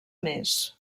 més